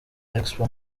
expo